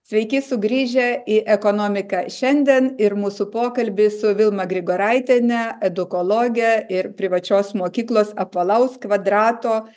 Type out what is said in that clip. sveiki sugrįžę į ekonomiką šiandien ir mūsų pokalbis su vilma grigoraitiene edukologe ir privačios mokyklos apvalaus kvadrato